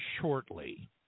shortly